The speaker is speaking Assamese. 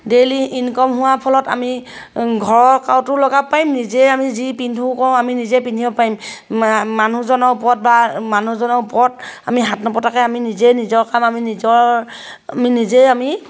ডেইলি ইনকম হোৱাৰ ফলত আমি ঘৰৰ তাঁতো লগাব পাৰিম নিজে আমি যি পিন্ধো কৰোঁ আমি নিজে পিন্ধিব পাৰিম মা মানুহজনৰ ওপৰত বা মানুহজনৰ ওপৰত আমি হাত নপতাকৈ আমি নিজে নিজৰ কাম আমি নিজৰ আমি নিজেই আমি